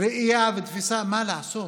ראייה ותפיסה מה לעשות.